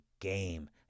game